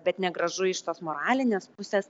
bet negražu iš tos moralinės pusės